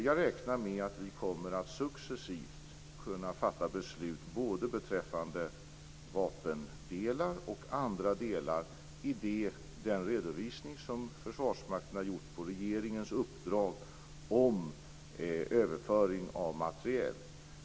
Jag räknar med att vi successivt kommer att kunna fatta beslut både beträffande vapendelar och andra delar utifrån den redovisning som Försvarsmakten har gjort på regeringens uppdrag om överföring av materiel.